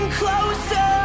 closer